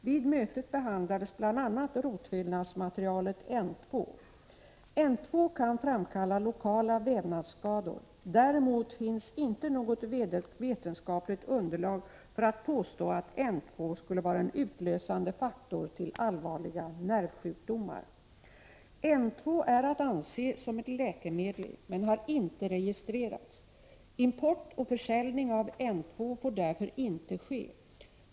Vid mötet behandlades bl.a. rotfyllnadsmaterialet N 2. N 2 kan framkalla lokala vävnadsskador. Däremot finns inte något vetenskapligt underlag för att påstå att N 2 skulle vara en utlösande faktor till allvarliga nervsjukdomar. N 2 är att anse som ett läkemedel men har inte registrerats. Import och försäljning av N 2 får därför inte ske.